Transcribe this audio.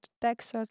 text